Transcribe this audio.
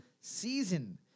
season